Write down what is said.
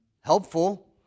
Helpful